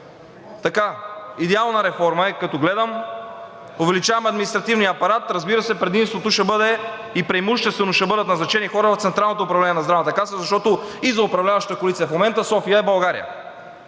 Идеална реформа е като гледам. Увеличаваме административния апарат, разбира се, и преимуществено ще бъдат назначени хора в Централното управление на Здравната каса, защото и за управляващата коалиция в момента София е България.